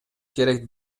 керек